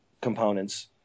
components